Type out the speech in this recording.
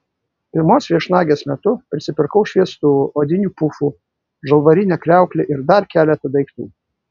pirmos viešnagės metu prisipirkau šviestuvų odinių pufų žalvarinę kriauklę ir dar keletą daiktų